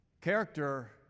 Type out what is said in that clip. Character